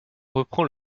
reprend